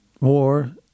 War